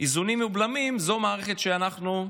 האיזונים והבלמים זו מערכת שאנחנו,